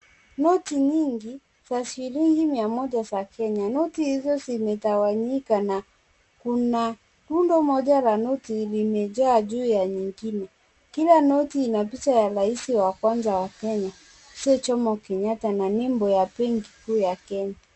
Noti nyingi za shilingi mia moja za Kenya. Noti hizo zimetawanyika na kuna rundo moja la noti limejaa juu la lingine. Kila noti, ina picha ya rahisi wa kwanza wa jamhuri ya Kenya. Mzee Jomo Kenyatta Na nembo ya benki kuu ya Kenya.